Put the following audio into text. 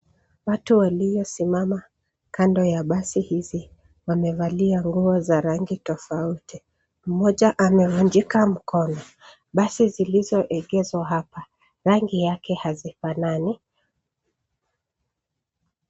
Watu waliosimama kando ya basi hizi. Wamevalia nguo za rangi tofauti. Mmoja amevunjika mkono. Basi zilizoegezwa hapa, rangi yake hazifanani.